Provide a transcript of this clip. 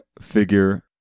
figure